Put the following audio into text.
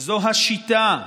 שזו השיטה.